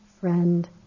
friend